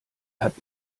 hat